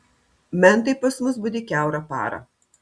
mentai pas mus budi kiaurą parą